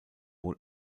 wohl